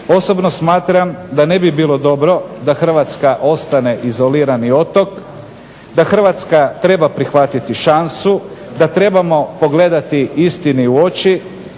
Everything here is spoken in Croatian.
Osobno smatram da ne bi bilo dobro da Hrvatska ostane izolirani otok, da Hrvatska treba prihvatiti šansu, da trebamo pogledati istini u oči,